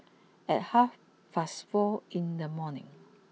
at half past four in the morning